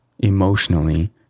emotionally